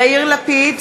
(קוראת בשם חבר הכנסת) יאיר לפיד,